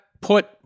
put